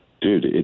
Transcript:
dude